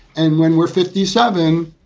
and when we're fifty seven,